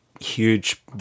Huge